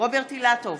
רוברט אילטוב,